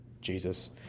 Jesus